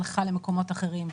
הלכה למקומות אחרים,